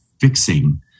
fixing